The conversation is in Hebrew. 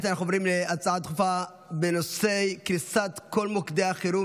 ואז מגיע 7 באוקטובר,